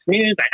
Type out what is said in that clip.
News